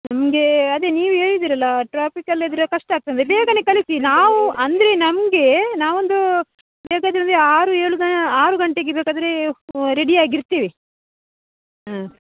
ನಮಗೆ ಅದೇ ನೀವು ಹೇಳಿದಿರಲ್ಲ ಟ್ರಾಫಿಕ್ ಎಲ್ಲ ಇದ್ದರೆ ಕಷ್ಟ ಆಗ್ತದೆ ಬೇಗನೆ ಕಳಿಸಿ ನಾವು ಅಂದರೆ ನಮಗೆ ನಾವೊಂದು ಬೇಕಾದರೆ ಒಂದು ಆರು ಏಳು ಆರು ಗಂಟೆಗೆ ಬೇಕಾದರೆ ರೆಡಿಯಾಗಿ ಇರ್ತೀವಿ ಹಾಂ